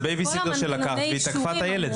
זה בייבי-סיטר שלקחתי והיא תקפה את הילד.